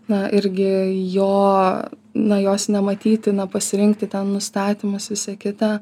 na irgi jo na jos nematyti na pasirinkti ten nustatymus visa kita